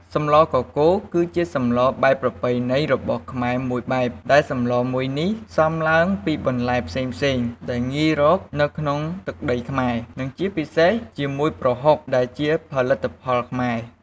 សម្លកកូរ គឺជាសម្លបែបប្រពៃណីរបស់ខ្មែរមួយបែប ដែលសម្លមួយនេះផ្សំឡើងពីបន្លែផ្សេងៗដែលងាយរកនៅក្នុងទឹកដីខ្មែរ និងជាពិសេសជាមួយប្រហុកដែលជាផលិតផលខ្មែរ។